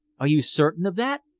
are you certain of that?